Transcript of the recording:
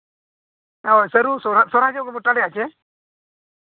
ᱦᱳᱭ ᱥᱟᱹᱨᱩ ᱥᱚᱦᱚᱨᱟᱭ ᱡᱚᱦᱚᱸᱜ ᱵᱚᱱ ᱪᱟᱰᱮᱹᱭᱟᱥᱮ